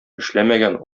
эшләмәгән